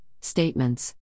Statements